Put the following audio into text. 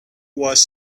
was